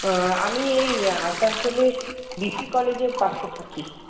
হুম আমি এই আসানসোলে বিসি কলেজের পাশে থাকি